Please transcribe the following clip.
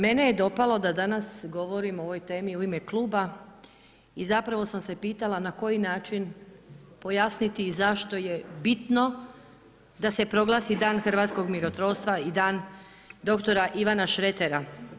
Mene je dopalo da danas govorim o ovoj temi u ime kluba i zapravo sam se pitala na koji način pojasniti i zašto je bitno da se proglasi dan hrvatskog mirotvorstva i dan dr. Ivana Šretera.